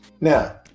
Now